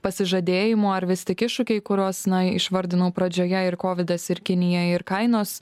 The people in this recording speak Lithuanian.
pasižadėjimų ar vis tik iššūkiai kuriuos na išvardinau pradžioje ir kovidas ir kinija ir kainos